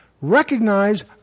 recognize